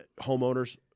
Homeowners